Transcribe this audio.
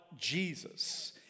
Jesus